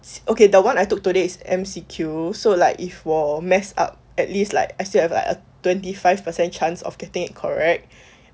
okay the one I took today's M_C_Q so like if 我 mess up at least like as I still have a twenty five percent chance of getting it correct